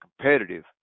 competitive